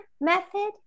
method